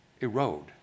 erode